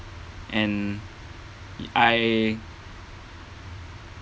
and did I